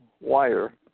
wire